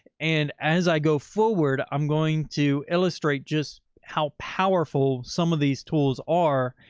and as i go forward, i'm going to illustrate just how powerful some of these tools are.